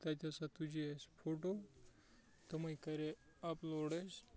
تَتہِ ہَسا تُجے اَسہِ فوٹو تٕمَے کَرے اَپلوڈ اَسہِ